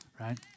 Right